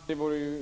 Fru talman! Det